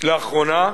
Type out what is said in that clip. לאחרונה,